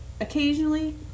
Occasionally